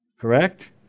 correct